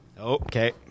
Okay